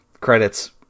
credits